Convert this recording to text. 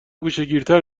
گوشهگیرتر